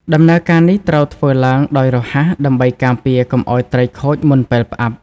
ដំណើរការនេះត្រូវធ្វើឡើងដោយ រហ័ស ដើម្បីការពារកុំឱ្យត្រីខូចមុនពេលផ្អាប់។